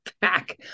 back